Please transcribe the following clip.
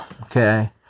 okay